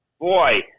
Boy